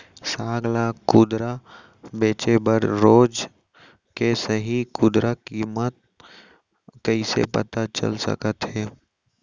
साग ला खुदरा बेचे बर रोज के सही खुदरा किम्मत कइसे पता चल सकत हे?